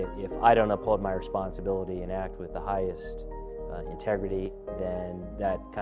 if i don't uphold my responsibility and act with the highest integrity, then that,